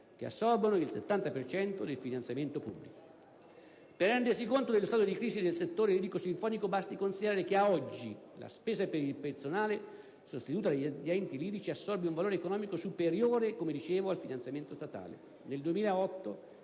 che assorbono il 70 per cento del finanziamento pubblico. Per rendersi conto dello stato di crisi del settore lirico-sinfonico basti considerare che, ad oggi, la spesa per il personale sostenuta dagli enti lirici assorbe un valore economico superiore al finanziamento statale. Nel 2008,